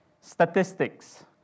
Statistics